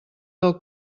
del